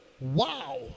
Wow